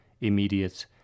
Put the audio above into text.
immediate